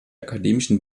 akademischen